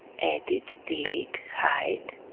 edit, delete, hide,